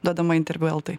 duodama interviu eltai